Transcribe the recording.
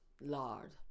Lard